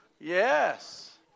Yes